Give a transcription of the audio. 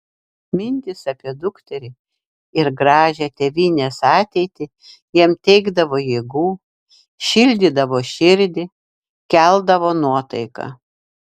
mintys apie dukterį ir gražią tėvynės ateitį jam teikdavo jėgų šildydavo širdį keldavo nuotaiką